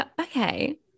okay